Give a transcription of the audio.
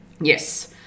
yes